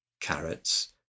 carrots